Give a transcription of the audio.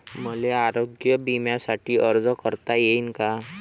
मले आरोग्य बिम्यासाठी अर्ज करता येईन का?